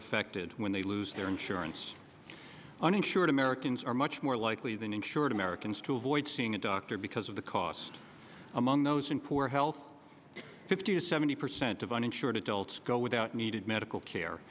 affected when they lose their insurance uninsured americans are much more likely than insured americans to avoid seeing a doctor because of the cost among those in poor health fifty to seventy percent of uninsured adults go without needed medical care